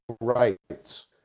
rights